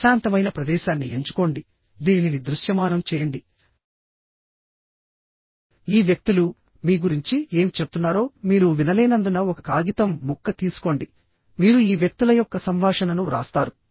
ప్రశాంతమైన ప్రదేశాన్ని ఎంచుకోండి దీనిని దృశ్యమానం చేయండి ఈ వ్యక్తులు మీ గురించి ఏమి చెప్తున్నారో మీరు వినలేనందున ఒక కాగితం ముక్క తీసుకోండి మీరు ఈ వ్యక్తుల యొక్క సంభాషణను వ్రాస్తారు